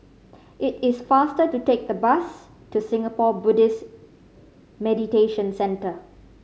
it is faster to take the bus to Singapore Buddhist Meditation Centre